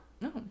No